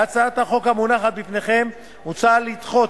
בהצעת החוק המונחת בפניכם מוצע לדחות